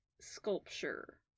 sculpture